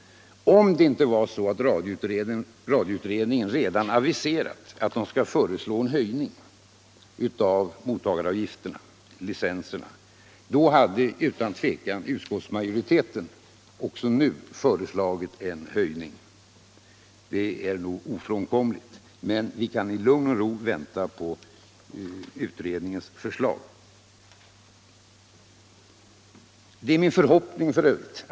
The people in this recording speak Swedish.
Om inte radioutredningen redan aviserat att den skall föreslå en höjning av mottagaravgifterna, licenserna, hade utskottsmajoriteten utan tvekan nu föreslagit en höjning. Det vore då ofrånkomligt. Men nu kan vi i lugn och ro vänta på utredningens förslag. Min förhoppning är f.ö.